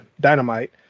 Dynamite